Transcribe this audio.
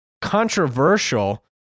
controversial